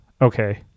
Okay